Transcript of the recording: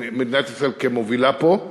מדינת ישראל כמובילה פה.